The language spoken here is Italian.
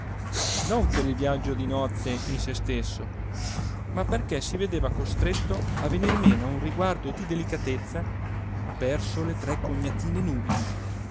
non per il viaggio di nozze in se stesso ma perché si vedeva costretto a venir meno a un riguardo di delicatezza verso le tre cognatine nubili